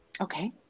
Okay